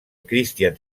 christian